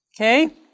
Okay